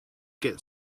get